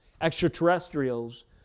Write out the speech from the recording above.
extraterrestrials